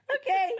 Okay